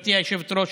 גברתי היושבת-ראש,